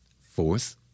Fourth